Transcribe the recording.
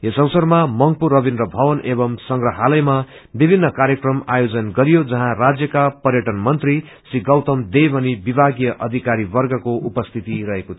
यस अवसरमा मंगपू रविन्द्र भवन एवं संग्रहालयमा विभिन्न कार्यक्रम आयोजन गरियो जहाँ राज्यका पर्यटन मंत्री श्री गौतम देव अनि विभागीय अधिकरी वर्गको उपस्थिति रहेको थियो